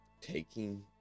taking